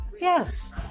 Yes